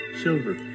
silver